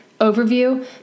overview